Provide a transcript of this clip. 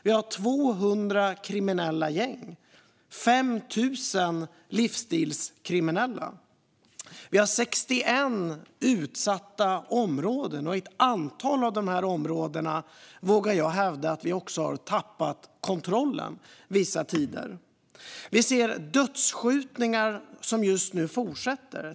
Vi har 200 kriminella gäng, 5 000 livsstilskriminella och 61 utsatta områden. I ett antal av de områdena vågar jag hävda att vi också har tappat kontrollen vissa tider. Vi ser dödsskjutningar som just nu fortsätter.